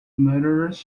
murderers